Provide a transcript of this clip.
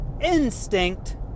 instinct